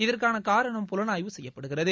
இதற்கான காரணம் புலனாய்வு செய்யப்படுகிறது